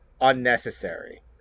unnecessary